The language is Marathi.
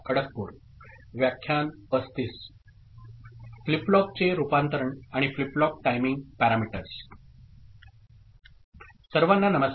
आम्ही फ्लिप फ्लॉपवर चर्चा करत आहोत